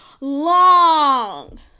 long